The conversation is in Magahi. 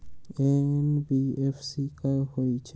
एन.बी.एफ.सी का होलहु?